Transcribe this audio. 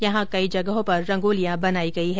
यहां कई जगहों पर रंगोलियां बनाई गई है